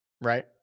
Right